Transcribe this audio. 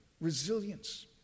resilience